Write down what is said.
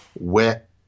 wet